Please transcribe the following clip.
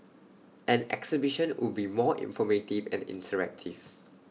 an exhibition would be more informative and interactive